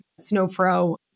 Snowfro